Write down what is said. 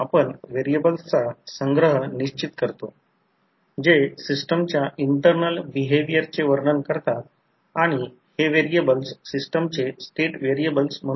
आणि परिणामी हा व्होल्टेज ड्रॉप I2 Z 2 असेल त्याचप्रमाणे हा भाग देखील I2 I1 Z 1 असेल आणि हा करंट I1 मी सांगितले की तो I0 फेजर I2असेल आणि V1 आणि I1 मधील अँगल ∅ 1 असेल असे म्हणा